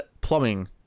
plumbing